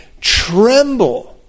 tremble